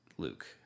Luke